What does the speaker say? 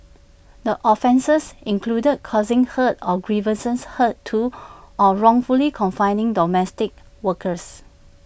the offences included causing hurt or grievous hurt to or wrongfully confining domestic workers